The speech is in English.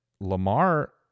Lamar